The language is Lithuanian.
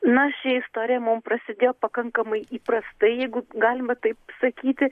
na ši istorija mums prasidėjo pakankamai įprastai jeigu galima taip sakyti